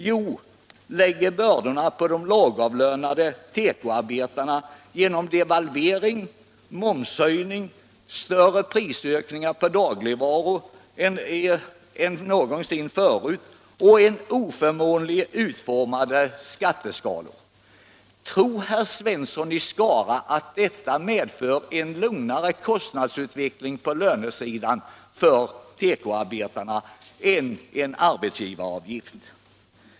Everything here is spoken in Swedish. Jo, den lägger bördorna på de lågavlönade tekoarbetarna genom devalvering, momshöjning, större prisökningar på dagligvaror än någonsin förut och oförmånligt utformade skatteskalor. Tror herr Svensson i Skara att detta medför en lugnare kostnadsutveckling på lönesidan för tekoarbetarna än en arbetsgivaravgift?